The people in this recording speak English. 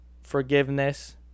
forgiveness